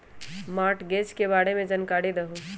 Mortgage के बारे में जानकारी देहु?